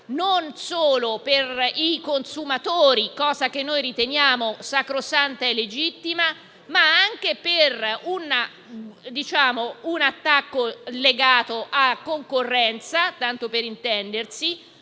non solo per i consumatori - cosa che noi riteniamo sacrosanta e legittima - ma anche per un attacco legato alla concorrenza oppure per